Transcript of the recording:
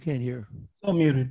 can't hear you